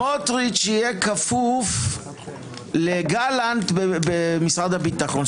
סמוטריץ' יהיה כפוף לגלנט במשרד הביטחון.